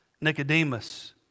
Nicodemus